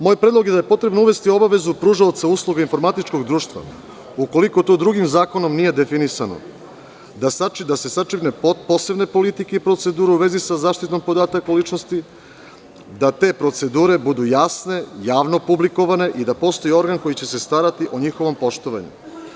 Moj predlog je da je potrebno uvesti obavezu pružaoca usluga informatičkog društva, ukoliko to drugim zakonom nije definisano, da se sačine posebne politike i procedure u vezi sa zaštitom podataka o ličnosti, da te procedure budu jasne, javno publikovane i da postoji organ koji će se starati o njihovom poštovanju.